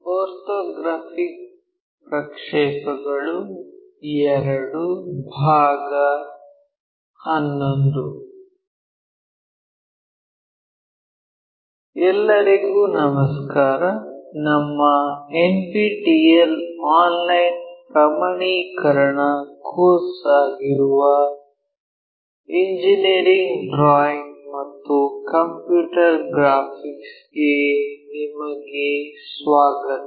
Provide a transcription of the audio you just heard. orthographic ಪ್ರಕ್ಷೇಪಗಳು II ಭಾಗ 11 ಎಲ್ಲರಿಗೂ ನಮಸ್ಕಾರ ನಮ್ಮ ಎನ್ಪಿಟಿಇಎಲ್ ಆನ್ಲೈನ್ ಪ್ರಮಾಣೀಕರಣ ಕೋರ್ಸ್ ಆಗಿರುವ ಇಂಜಿನಿಯರಿಂಗ್ ಡ್ರಾಯಿಂಗ್ ಮತ್ತು ಕಂಪ್ಯೂಟರ್ ಗ್ರಾಫಿಕ್ಸ್ ಗೆ ನಿಮಗೆ ಸ್ವಾಗತ